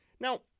Now